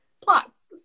plots